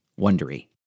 wondery